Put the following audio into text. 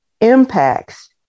impacts